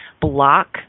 block